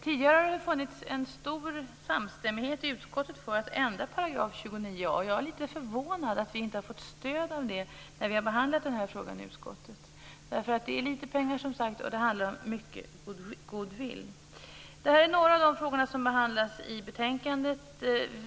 Tidigare har det funnits en stor samstämmighet i utskottet om att ändra 29 a §, och jag är förvånad över att vi inte har fått stöd för det vid behandlingen av frågan i utskottet. Det är litet pengar, som sagt var, och det handlar om mycket goodwill. Det här är några av de frågor som behandlas i betänkandet.